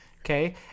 Okay